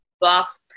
buff